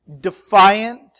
defiant